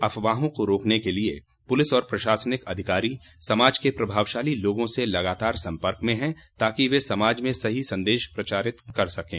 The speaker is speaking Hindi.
अफवाहों को रोकने के लिए पुलिस और प्रशासनिक अधिकारी समाज के प्रभावशाली लोगों से लगातार संपर्क में हैं ताकि वे समाज में सही संदेश प्रचारित कर सकें